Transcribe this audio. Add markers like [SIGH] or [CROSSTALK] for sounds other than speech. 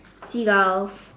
seagulls [BREATH]